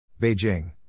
Beijing